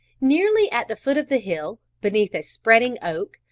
nearly at the foot of the hill, beneath a spreading oak,